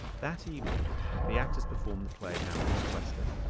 that evening the actors perform the play hamlet requested.